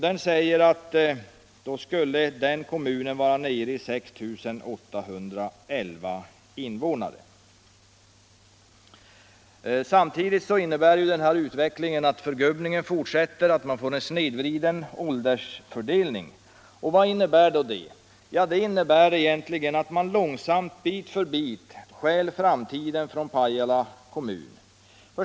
Den säger att då skulle kommunen vara nere i 6 811 invånare. Den här utvecklingen innebär att förgubbningen fortsätter, att man får en snedvriden åldersfördelning. Vad innebär då det? Jo, det innebär att man långsamt, bit för bit, stjäl framtiden från Pajala kommun.